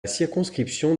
circonscription